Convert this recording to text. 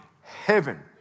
heaven